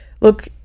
look